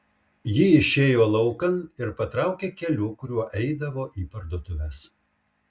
ji išėjo laukan ir patraukė keliu kuriuo eidavo į parduotuves